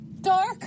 dark